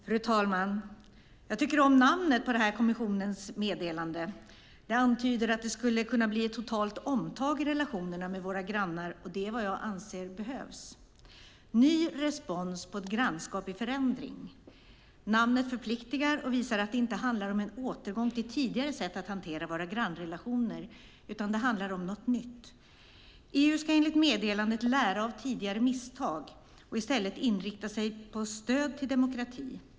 Fru talman! Jag tycker om namnet på kommissionens meddelande. Det antyder att det skulle kunna bli ett totalt omtag i relationerna med våra grannar, och det är vad jag anser behövs. Ny respons på ett grannskap i förändring - namnet förpliktar och visar att det inte handlar om en återgång till tidigare sätt att hantera våra grannrelationer, utan det handlar om något nytt. EU ska enligt meddelandet lära av tidigare misstag och i stället inrikta sig på stöd till demokrati.